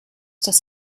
das